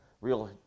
real